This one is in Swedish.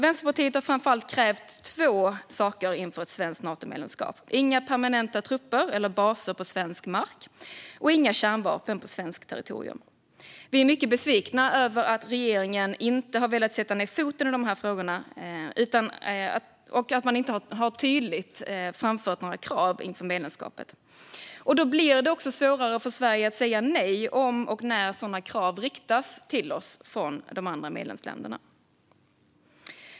Vänsterpartiet har framför allt två villkor för ett svenskt medlemskap: inga permanenta trupper eller baser på svensk mark och inga kärnvapen på svenskt territorium. Vi är mycket besvikna över att regeringen inte har velat sätta ned foten här. Har Sverige inte tydligt framfört detta inför medlemskapet blir det svårare att säga nej om och när sådana krav riktas till oss från de andra medlemsländerna.